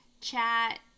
chat